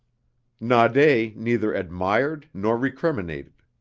naude neither admired nor recriminated.